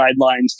guidelines